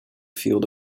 field